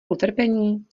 utrpení